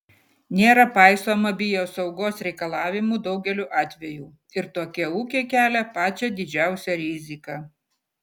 nėra paisoma biosaugos reikalavimų daugeliu atvejų ir tokie ūkiai kelia pačią didžiausią riziką